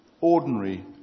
ordinary